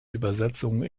übersetzung